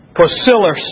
Priscilla